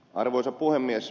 arvoisa puhemies